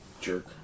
Jerk